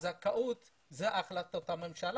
הזכאות והחלטות הממשלה.